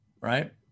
right